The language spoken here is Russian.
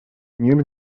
мир